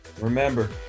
Remember